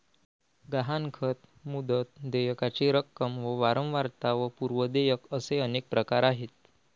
गहाणखत, मुदत, देयकाची रक्कम व वारंवारता व पूर्व देयक असे अनेक प्रकार आहेत